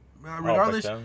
Regardless